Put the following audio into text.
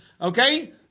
Okay